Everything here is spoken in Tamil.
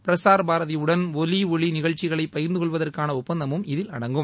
பிரசார் பாரதியுடன் ஒலி ஒளி நிகழ்ச்சிகளை பகிர்ந்துகொள்வதற்கான ஒப்பந்தமும் இதில் அடங்கும்